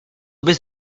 bys